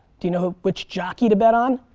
do you know which jockey to bet on?